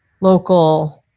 local